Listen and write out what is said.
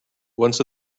once